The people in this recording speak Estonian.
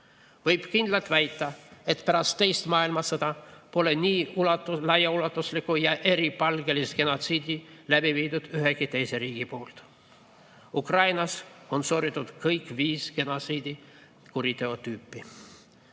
Võib kindlalt väita, et pärast teist maailmasõda pole nii laiaulatuslikku ja eripalgelist genotsiidi läbi viidud ühegi teise riigi poolt. Ukrainas on sooritatud kõik viis genotsiidi kuriteotüüpi.